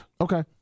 Okay